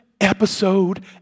episode